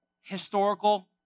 historical